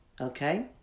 Okay